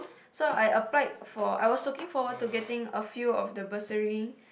so I applied for I was looking forward to getting a few of the bursary